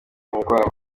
umukwabu